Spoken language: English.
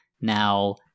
now